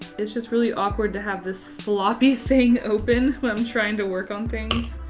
it's just really awkward to have this floppy thing open when i'm trying to work on things.